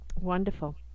Wonderful